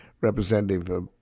Representative